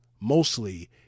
Mostly